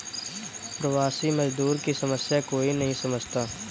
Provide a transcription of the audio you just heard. प्रवासी मजदूर की समस्या कोई नहीं समझता